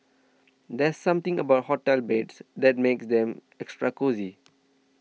there's something about hotel beds that makes them extra cosy